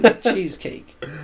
cheesecake